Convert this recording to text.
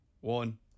One